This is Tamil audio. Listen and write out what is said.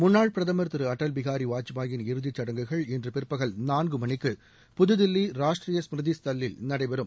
முன்னாள் பிரதமர் திரு அட்டல் பிகாரி வாஜ்பாயின் இறுதிச் சடங்குகள் இன்று பிற்பகல் நான்கு மணிக்கு புதுதில்லி ராஷ்டீரிய ஸ்மிருதி ஸ்தல்லில் நடைபெறும்